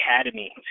academy